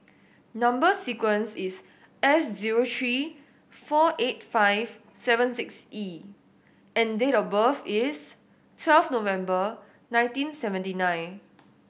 number sequence is S zero three four eight five seven six E and date of birth is twelve November nineteen seventy nine